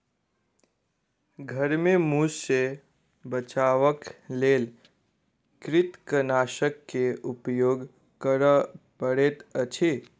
घर में मूस सॅ बचावक लेल कृंतकनाशक के उपयोग करअ पड़ैत अछि